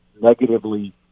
negatively